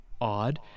Odd